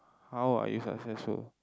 how are you successful